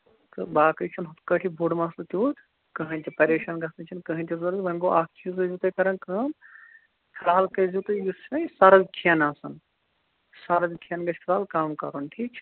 تہٕ باقٕے چھُنہٕ ہُتھٕ پٲٹھی یہِ بوٚڈ مَسلہٕ تیٛوٗت کٕہٕنٛۍ تہِ پریشان گژھنٕچ چھَنہٕ کٕہٕنۍ تہِ ضروٗرت وۅنۍ گوٚو اَکھ چیٖز ٲسۍزیٚو تُہۍ کَران کٲم فِلحال کٔرۍزیٚو تُہۍ یُس چھُنا یہِ سرٕد کھٮ۪ن آسان سرٕد کھٮ۪ن گَژھِ فِلحال کَم کَرُن ٹھیٖک چھا